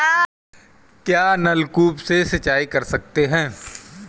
क्या नलकूप से सिंचाई कर सकते हैं?